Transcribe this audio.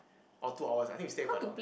orh two hours I think we stay quite long